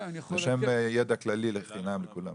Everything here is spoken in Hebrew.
לשם ידע כללי לחינם לכולם.